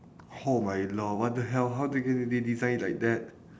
[ho] my lord what the hell how did they even design it like that